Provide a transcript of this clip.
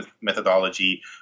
methodology